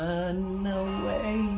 Runaway